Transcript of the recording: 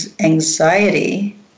anxiety